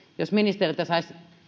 jos ministeriltä saisi